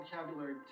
vocabulary